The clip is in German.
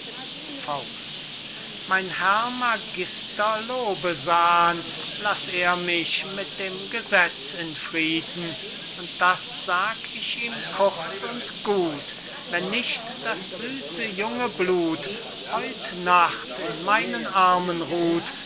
an mein herr magister lobesan laß er mich mit dem gesetz in frieden und das sag ich ihm kurz und gut wenn nicht das süße junge blut heut nacht in meinen armen ruht